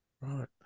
right